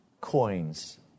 coins